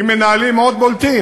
עם מנהלים מאוד בולטים,